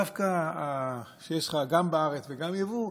דווקא כשיש לך גם בארץ וגם יבוא,